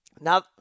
now